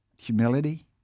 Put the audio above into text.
humility